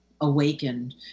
awakened